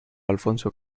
alfonso